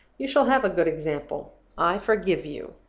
you shall have a good example i forgive you.